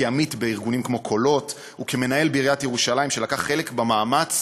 כעמית בארגונים כמו "קולות" וכמנהל בעיריית ירושלים שלקח חלק במאמץ